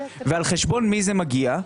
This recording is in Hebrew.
ועל חשבון מי זה מגיע?